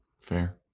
Fair